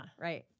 Right